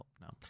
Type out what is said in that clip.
No